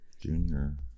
Junior